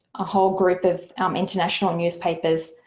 a whole group of um international newspapers.